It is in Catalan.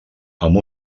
amb